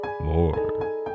more